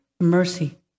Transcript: Mercy